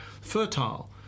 fertile